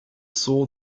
saw